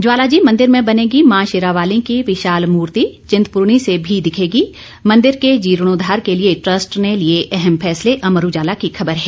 ज्वालाजी मंदिर में बनेगी मां शेरांवाली की विशाल मूर्ति चिंतपूर्णी से भी दिखेगी मंदिर के जीर्णोद्वार के लिये ट्रस्ट ने लिये अहम फैसले अमर उजाला की खबर है